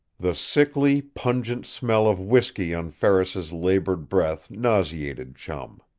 the sickly, pungent smell of whisky on ferris's labored breath nauseated chum.